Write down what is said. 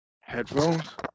Headphones